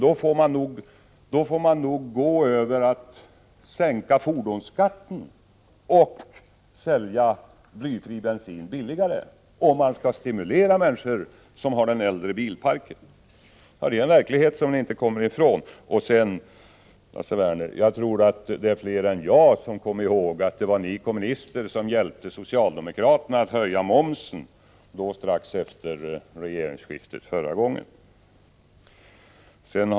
Man får nog gå via sänkning av fordonsskatten och sälja blyfri bensin billigare, om man skall stimulera människor som har äldre bilar. Det är en verklighet som ni inte kommer ifrån. Och sedan, Lars Werner: Jag tror att det är flera än jag som kommer ihåg att det var ni kommunister som hjälpte socialdemokraterna att höja momsen strax efter regeringsskiftet förra gången.